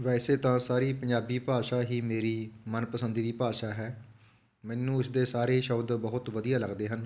ਵੈਸੇ ਤਾਂ ਸਾਰੀ ਪੰਜਾਬੀ ਭਾਸ਼ਾ ਹੀ ਮੇਰੀ ਮਨਪਸੰਦੀ ਦੀ ਭਾਸ਼ਾ ਹੈ ਮੈਨੂੰ ਇਸ ਦੇ ਸਾਰੇ ਸ਼ਬਦ ਬਹੁਤ ਵਧੀਆ ਲੱਗਦੇ ਹਨ